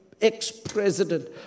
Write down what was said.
ex-president